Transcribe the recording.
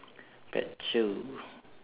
pet show